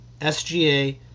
SGA